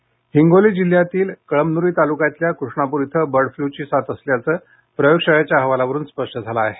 Hingoli bird flu Hingoli जिल्ह्यातील कळमनुरी तालुक्यातील कृष्णाप्र इथं बर्ड फ्लूची साथ असल्याचे प्रयोगशाळेच्या अहवालावरून स्पष्ट झाले आहे